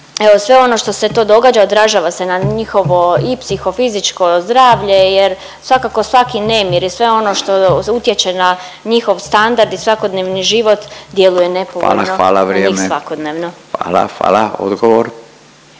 sve ono što se to događa odražava se na njihovo i psihofizičko zdravlja jer svakako svaki nemir i sve ono što utječe na njihov standard i svakodnevni život djeluje nepovoljno …/Upadica Radin: Hvala, hvala. Vrijeme./… na njih svakodnevno.